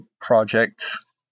projects